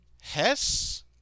Hess